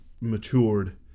matured